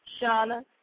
Shauna